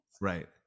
Right